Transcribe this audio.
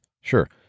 Sure